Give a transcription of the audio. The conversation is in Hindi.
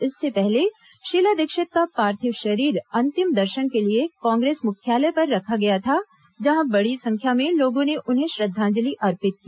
इससे पहले शीला दीक्षित का पार्थिव शरीर अंतिम दर्शन के लिए कांग्रेस मुख्यालय पर रखा गया था जहां बड़ी संख्या में लोगों ने उन्हें श्रद्वांजलि अर्पित की